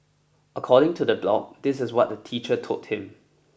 according to the blog this is what the teacher told him